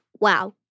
Wow